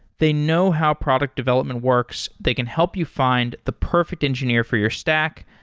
they know how product development works. they can help you find the perfect engineer for your stack,